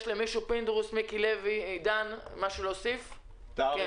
מישהו מחברי הכנסת רוצה להוסיף דבר מה?